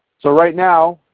so right now,